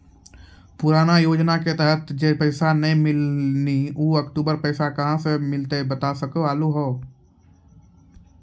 पुराना योजना के तहत जे पैसा नै मिलनी ऊ अक्टूबर पैसा कहां से मिलते बता सके आलू हो?